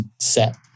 set